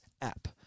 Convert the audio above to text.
app